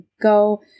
go